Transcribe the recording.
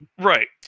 Right